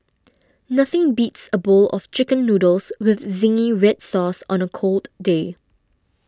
nothing beats a bowl of Chicken Noodles with Zingy Red Sauce on a cold day